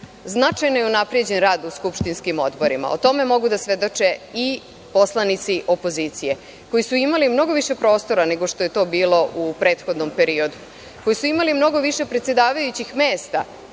je unapređen rad u skupštinskim odborima. O tome mogu da svedoče i poslanici opozicije, koji su imali mnogo više prostora nego što je to bilo u prethodnom periodu, koji su imali mnogo više predsedavajućih mesta,